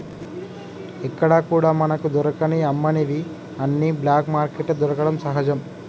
ఎక్కడా కూడా మనకు దొరకని అమ్మనివి అన్ని బ్లాక్ మార్కెట్లో దొరకడం సహజం